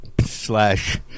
slash